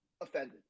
offended